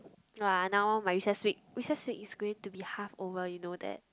no ah now my recess week recess week is going to be half over you know that